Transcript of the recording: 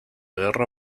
guerra